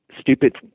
stupid